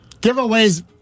Giveaways